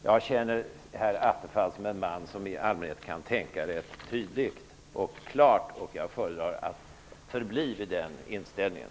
Jag känner herr Attefall som en man som kan tänka klart, och jag föredrar att förbli i den tron.